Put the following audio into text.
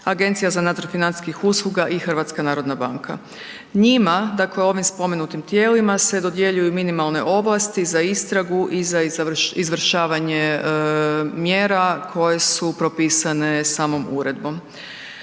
Agencija za nadzor financijskih usluga i HNB. Njima, dakle ovim spomenutim tijelima se dodjeljuju minimalne ovlasti za istragu i za izvršavanje mjera koje su propisane samom uredbom.